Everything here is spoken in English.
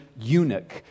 eunuch